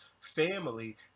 family